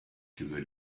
chiude